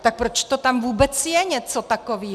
Tak proč to tam vůbec je něco takového?